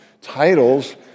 titles